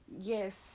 yes